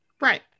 Right